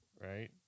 right